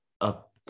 up